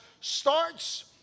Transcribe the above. starts